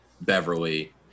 Beverly